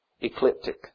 ecliptic